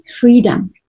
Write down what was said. freedom